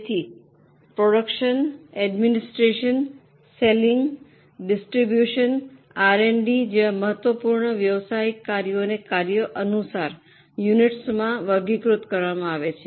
તેથી production administration selling distribution R and D જેવા મહત્વપૂર્ણ વ્યવસાયિક કાર્યોને કાર્યો અનુસાર યુનિટમાં વર્ગીકૃત કરવામાં આવે છે